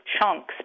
chunks